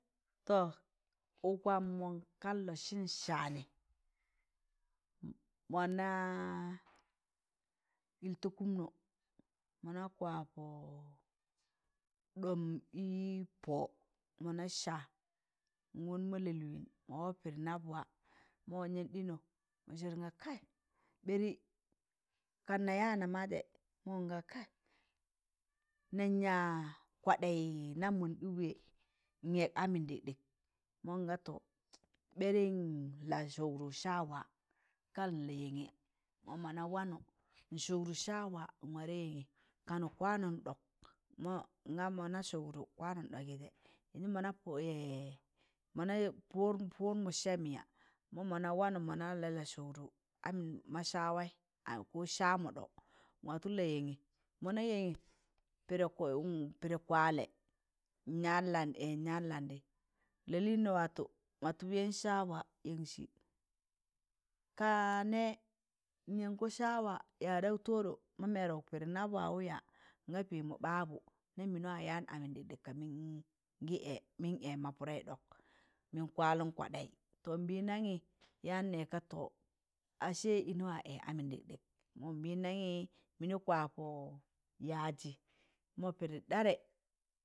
Tọ ụk waam kan lọsịn saanị mọna ịlta kụmnụ mọna kwa pọ ɗọm ị pọ mana saa n ọn ma lalịn mawaụ pịdị nabụwa mọ nyan ɗịnọ ma sọrẹ nga kai ɓari kan na ya nama zẹ mọ nga kai nan yaịz kwaɗayi nam mọn ɗị wẹ n'ẹẹg amụm ɗịkɗịk mọ nga to ɓari n la sụgdụ saawa kan la yẹngẹ mọ mọna wanọ nsụgdụ saawa nwarẹ yẹnga kanụ kwanun ɗok nga mọna sụgdụ kwanun ɗọọgịjẹ yenzu mona pụdmụ sẹẹm yaa mọ mọna wanọ mọna la sụgdụ am ma sawai ko saa mọɗọ mọ watọ la yẹngẹ mọna yangẹ pịdị kwalẹ nyaan landị lalịn watọ watọ wẹẹn sama yẹnsị ka nẹẹ nyẹnkọ saama yadaụ tọọdọ pịdị nab wamụ yaa nga pẹẹmọ, ɓabu n'nam mịnị waa yaan amụm ɗịkɗịk kamịn gị ẹẹ mịn ẹẹ ma pụdẹị ɗọk mịn kwalụn kwaɗayi to nbịndagị yaan nẹka to ashe yịnị wa ẹẹ amụm ɗịkɗịk mọ nbịndagị mịnị kịma pọ yaịzi mọ pịdị ɗaarẹ